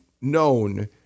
known